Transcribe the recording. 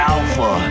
Alpha